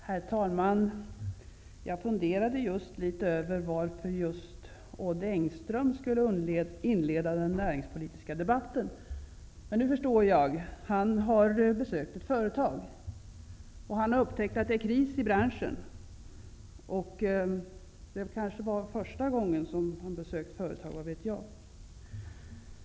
Herr talman! Jag funderade just över varför Odd Engström skulle inleda den näringspolitiska debatten. Nu förstår jag. Han har besökt ett företag! Han har upptäckt att det är kris i branschen. Det var kanske första gången som han besökte ett företag.